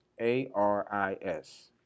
A-R-I-S